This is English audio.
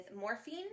morphine